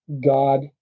God